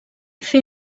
fer